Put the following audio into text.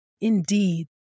Indeed